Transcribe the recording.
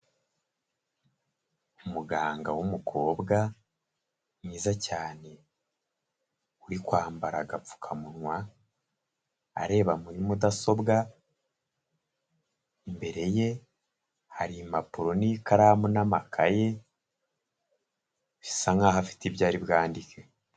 Umuganga w'umukobwa mwiza cyane uri kwambara agapfukamunwa, areba muri mudasobwa, imbere ye hari impapuro n'ikaramu n'amakayi, bisa nk'aho afite ibyo ari bwandike.